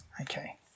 Okay